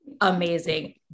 amazing